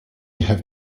has